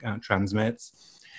transmits